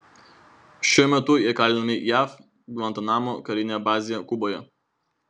šiuo metu jie kalinami jav gvantanamo karinėje bazėje kuboje